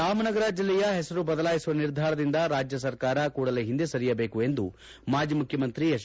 ರಾಮನಗರ ಜಿಲ್ಲೆಯ ಹೆಸರು ಬದಲಿಸುವ ನಿರ್ಧಾರದಿಂದ ರಾಜ್ಯ ಸರ್ಕಾರ ಕೂಡಲೇ ಹಿಂದೆ ಸರಿಯಬೇಕು ಎಂದು ಮಾಜಿ ಮುಖ್ಯಮಂತ್ರಿ ಎಚ್